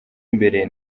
imbere